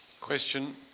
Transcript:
question